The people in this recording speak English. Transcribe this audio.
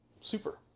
Super